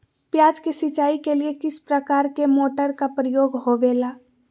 प्याज के सिंचाई के लिए किस प्रकार के मोटर का प्रयोग होवेला?